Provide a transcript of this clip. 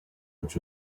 which